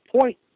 point